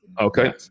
Okay